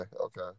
Okay